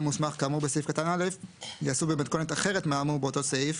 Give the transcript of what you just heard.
מוסמך כאמור בסעיף קטן (א) ייעשו במתכונת אחרת מהאמור באותו סעיף,